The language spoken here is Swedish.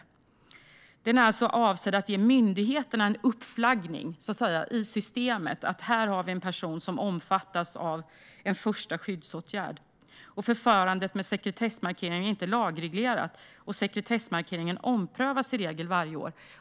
Markeringen är avsedd att så att säga ge myndigheterna en uppflaggning i systemet: Här har vi en person som omfattas av en första skyddsåtgärd. Förfarandet med sekretessmarkering är inte lagreglerat. Sekretessmarkeringen omprövas i regel varje år.